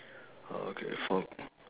oh okay for